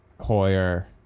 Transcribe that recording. Hoyer